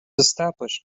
established